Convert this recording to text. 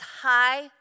high